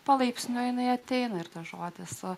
palaipsniui jinai ateina ir tas žodis o